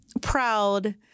proud